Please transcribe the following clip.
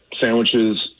sandwiches